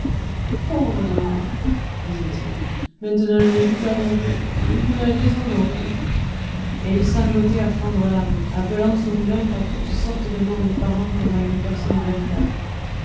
pauvre de moi disait-il maintenant je n'ai plus qu'à mourir le moulin est déshonoré et il sanglotait à fendre l'âme appelant son moulin par toutes sortes de noms lui parlant comme à une personne véritable